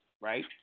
right